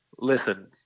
Listen